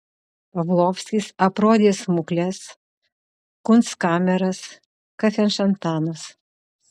pavlovskis aprodė smukles kunstkameras kafešantanus